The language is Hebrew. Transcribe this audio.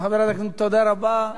תודה רבה.